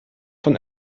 von